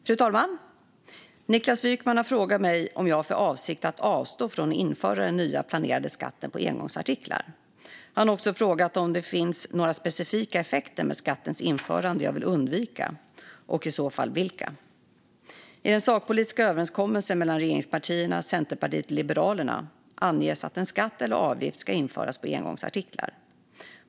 Fru talman! Niklas Wykman har frågat mig om jag har för avsikt att avstå från att införa den nya planerade skatten på engångsartiklar. Han har också frågat om det finns några specifika effekter med skattens införande som jag vill undvika och i så fall vilka. I den sakpolitiska överenskommelsen mellan regeringspartierna, Centerpartiet och Liberalerna anges att en skatt eller avgift ska införas på engångsartiklar.